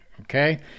Okay